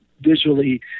visually